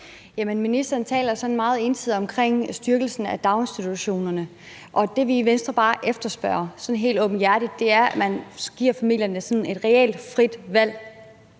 Ministeren taler sådan meget ensidigt om styrkelsen af daginstitutionerne, og det, vi i Venstre bare efterspørger sådan helt åbenhjertigt, er, at man giver familierne et reelt frit valg.